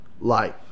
life